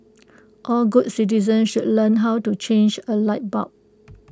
all good citizens should learn how to change A light bulb